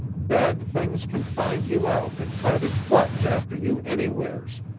bad things can find you out and try to clutch after you anywheres.